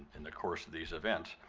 in the course these events.